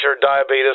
diabetes